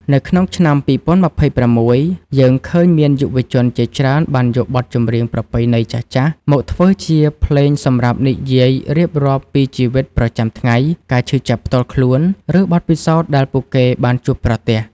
នៅក្នុងឆ្នាំ ២០២៦ យើងឃើញមានយុវជនជាច្រើនបានយកបទចម្រៀងប្រពៃណីចាស់ៗមកធ្វើជាភ្លេងសម្រាប់និយាយរៀបរាប់ពីជីវិតប្រចាំថ្ងៃ ការឈឺចាប់ផ្ទាល់ខ្លួន ឬបទពិសោធន៍ដែលពួកគេបានជួបប្រទះ។